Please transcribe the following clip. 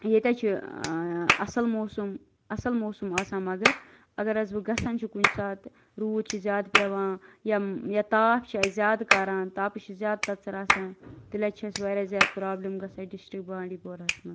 ییٚتہِ حظ چھُ اصل موسم اصل موسم آسان مگر اگر حظ وۄنۍ گَژھان چھُ کُنہ ساتہٕ روٗد چھ زیاد پیٚوان یا تاپھ چھ اَسہِ زیادٕ کران تاپس چھ زیاد تَژَر آسان تیٚلہِ حظ چھ اَسہِ واریاہ زیادٕ پرابلم گَژھان ڈِسٹرک بانڈی پورہَس مَنٛز